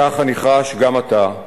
כך אני חש גם עתה,